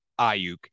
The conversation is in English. Ayuk